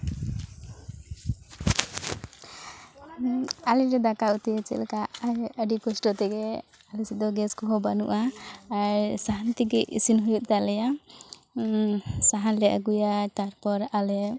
ᱟᱞᱮ ᱞᱮ ᱫᱟᱠᱟ ᱩᱛᱩᱭᱟ ᱪᱮᱫᱞᱮᱠᱟ ᱟᱹᱰᱤ ᱠᱚᱥᱴᱚ ᱛᱮᱜᱮ ᱟᱞᱮ ᱥᱮᱫ ᱫᱚ ᱜᱮᱥ ᱠᱚᱦᱚᱸ ᱵᱟᱹᱱᱩᱜᱼᱟ ᱥᱟᱦᱟᱱ ᱛᱮᱜᱮ ᱤᱥᱤᱱ ᱦᱩᱭᱩᱜ ᱛᱟᱞᱮᱭᱟ ᱥᱟᱦᱟᱱ ᱞᱮ ᱟᱹᱜᱩᱭᱟ ᱛᱟᱨᱯᱚᱨ ᱟᱞᱮ